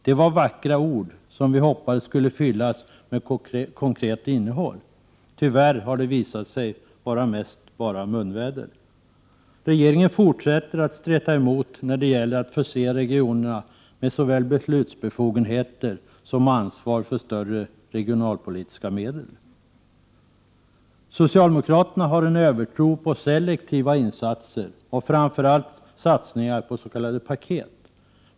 Det var vackra ord, som vi hoppades skulle fyllas med konkret innehåll. Tyvärr har det visat sig vara mest munväder. Regeringen fortsätter att streta emot när det gäller att förse regionerna med såväl beslutsbefogenheter som ansvar för större regionalpolitiska medel. Socialdemokraterna har en övertro på selektiva insatser och framför allt satsningar på s.k. paket.